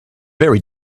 very